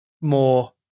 more